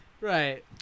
Right